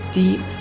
deep